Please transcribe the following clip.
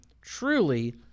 truly